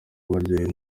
baryohewe